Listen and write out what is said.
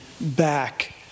back